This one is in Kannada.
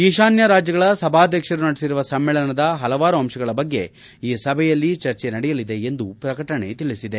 ಈಶಾನ್ಯ ರಾಜ್ಯಗಳ ಸಭಾಧ್ಯಕ್ಷರು ನಡೆಸಿರುವ ಸಮ್ಮೇಳನದ ಹಲವಾರು ಅಂಶಗಳ ಬಗ್ಗೆ ಈ ಸಭೆಯಲ್ಲಿ ಚರ್ಚೆ ನಡೆಯಲಿದೆ ಎಂದು ಪ್ರಕಟಣೆ ತಿಳಿಸಿದೆ